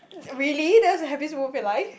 really that's the happiest moment of your life